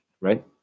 right